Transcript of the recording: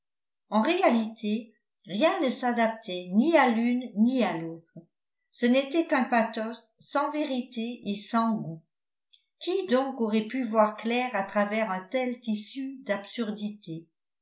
en réalité rien ne s'adaptait ni à l'une ni à l'autre ce n'était qu'un pathos sans vérité et sans goût qui donc aurait pu voir clair à travers un tel tissu d'absurdités